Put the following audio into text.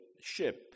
ship